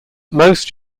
most